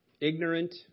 ignorant